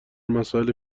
مسائل